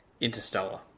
Interstellar